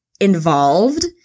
involved